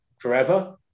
forever